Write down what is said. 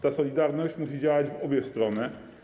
Ta solidarność musi działać w obie strony.